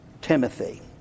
Timothy